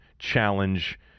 challenge